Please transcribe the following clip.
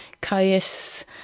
Caius